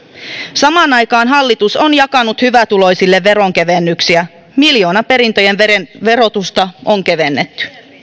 samaan aikaan hallitus on jakanut hyvätuloisille veronkevennyksiä miljoonaperintöjen verotusta on kevennetty